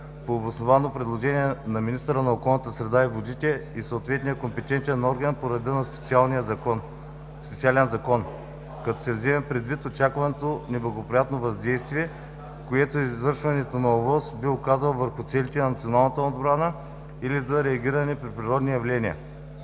по обосновано предложение на министъра на околната среда и водите и съответния компетентен орган по реда на специален закон, като се взема предвид очакваното неблагоприятно въздействие, което извършването на ОВОС би оказало върху целите на националната отбрана или за реагирането при природни явления.